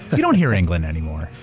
you don't hear england anymore.